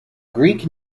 greek